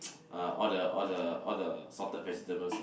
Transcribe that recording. uh all the all the all the salted vegetables lah